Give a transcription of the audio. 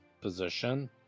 position